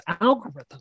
algorithm